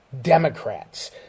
democrats